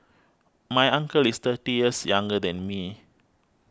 my uncle is thirty years younger than me